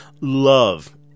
love